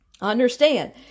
Understand